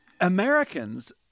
Americans